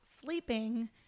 sleeping